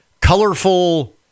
Colorful